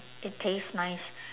it tastes nice